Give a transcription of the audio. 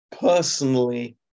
personally